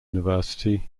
university